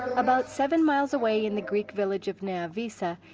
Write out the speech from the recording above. about seven miles away in the greek village of nea vyssa,